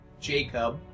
Jacob